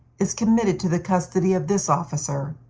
is committed to the custody of this officer.